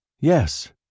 Yes